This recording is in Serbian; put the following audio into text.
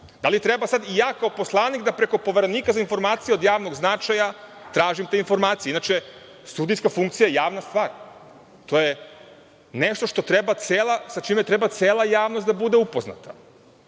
Da li treba i ja kao poslanik da preko Poverenika za informacije od javnog značaja tražim te informacije? Inače, sudijska funkcija je javna stvar. To je nešto sa čime treba cela javnost da bude upoznata.